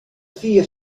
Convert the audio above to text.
vier